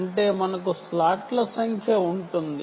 అంటే మనకు స్లాట్ల సంఖ్య ఉంటుంది